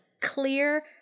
clear